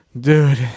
Dude